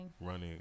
running